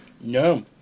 no